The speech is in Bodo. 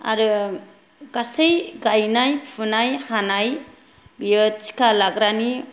आरो गासै गायनाय फुनाय हानाय बियो थिखा लाग्रानि